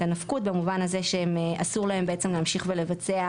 הנפקות במובן הזה שאסור להם בעצם להמשיך ולבצע,